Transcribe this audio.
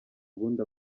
ubundi